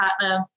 partner